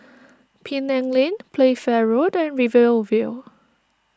Penang Lane Playfair Road and Rivervale